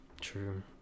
True